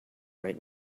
right